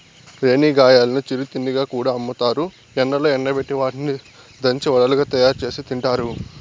రేణిగాయాలను చిరు తిండిగా కూడా అమ్ముతారు, ఎండలో ఎండబెట్టి వాటిని దంచి వడలుగా తయారుచేసి తింటారు